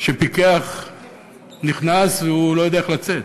שפיקח נכנס והוא לא יודע איך לצאת.